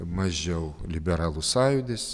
mažiau liberalų sąjūdis